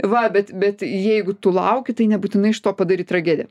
va bet bet jeigu tu lauki tai nebūtinai iš to padaryt tragediją